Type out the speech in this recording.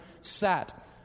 sat